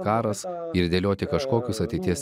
karas ir dėlioti kažkokius ateities